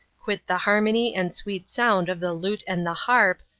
quit the harmony and sweet sound of the lute and the harp,